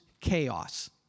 chaos